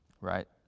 right